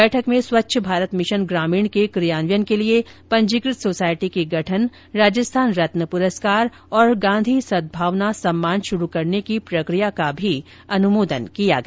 बैठक में स्वच्छ भारत मिशन ग्रामीण के कियान्वयन के लिए पंजीकृत सोसायटी के गठन राजस्थान रत्न पुरस्कार और गांधी सदभावना सम्मान शुरू करने की प्रक्रिया का भी अनुमोदन किया गया